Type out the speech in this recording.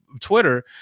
Twitter